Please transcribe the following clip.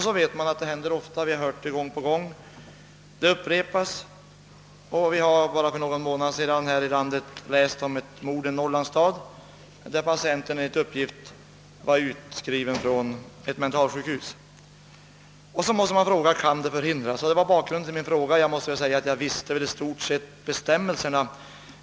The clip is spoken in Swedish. Vi vet att det händer ofta; vi har hört det gång på gång. Bara för någon månad sedan har vi läst om ett mord i en norrlandsstad. Patienten var enligt uppgift utskriven från ett mentalsjukhus. Man frågar om detta kan förhindras, och det var bakgrunden till min fråga till statsrådet. Visst kände jag i stort sett till bestämmelserna.